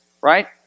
right